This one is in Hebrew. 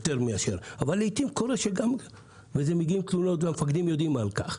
אבל לעתים קורה שמגיעות תלונות והמפקדים יודעים על כך.